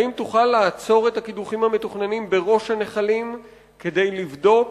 האם תוכל לעצור את הקידוחים המתוכננים בראש הנחלים כדי לבדוק